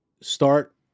start